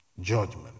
judgment